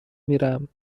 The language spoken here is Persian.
میرم